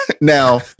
now